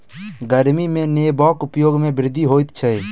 गर्मी में नेबोक उपयोग में वृद्धि होइत अछि